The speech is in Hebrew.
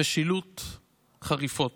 משילות חריפות.